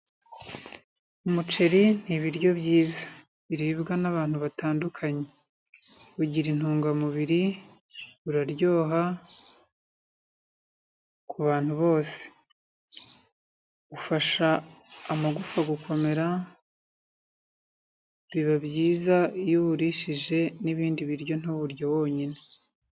Umuceri ni ibiryo byiza biribwa n'abantu batandukanye, ugira intungamubiri, uraryoha kubantu bose, ufasha amagufa gukomera, biba byiza iyo uwurishije n'ibindi biryo ntuwurye wonyine.